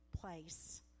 place